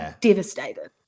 devastated